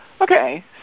Okay